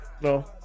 No